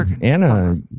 Anna